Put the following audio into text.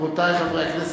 רבותי חברי הכנסת,